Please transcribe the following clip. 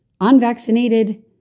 unvaccinated